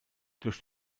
durch